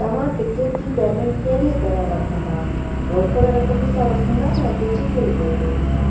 तव्हां टिकिट जी पेमेंट कहिड़ीअ तरह वठंदा रोकड़ रक़म सां वठंदा या डिजिटल पेमेंट सां